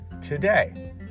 today